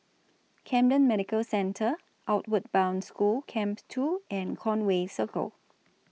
Camden Medical Centre Outward Bound School Camp two and Conway Circle